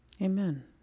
amen